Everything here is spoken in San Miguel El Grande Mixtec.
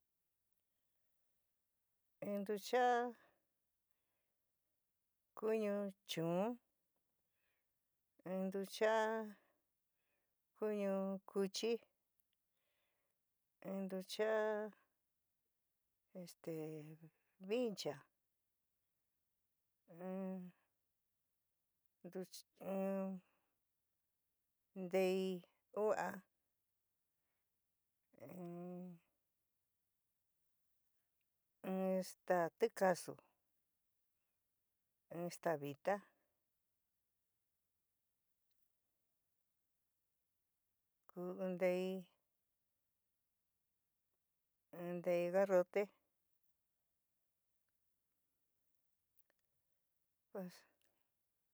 In ntuchaa kuñu chuun. in ntuchaa kuñu kuchi in ntuchaa este vincha <> in ntei uu'a, in staa tikasu, in staa vita, ku in ntei in ntei garrote.